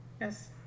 Yes